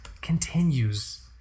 continues